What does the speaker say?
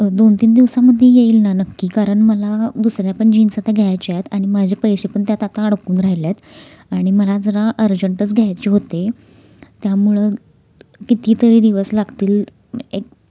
दोन तीन दिवसामध्ये येईल ना नक्की कारण मला दुसऱ्या पण जीन्स आता घ्यायच्या आहेत आणि माझे पैसे पण त्यात आता अडकून राहिल्यात आणि मला जरा अर्जंटच घ्यायचे होते त्यामुळं कितीतरी दिवस लागतील एक